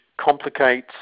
complicate